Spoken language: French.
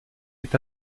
est